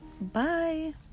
Bye